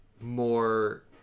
more